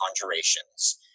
conjurations